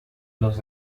los